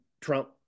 Trump